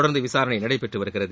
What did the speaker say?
தொடர்ந்து விசாரணை நடைபெற்று வருகிறது